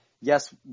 yes